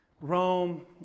Rome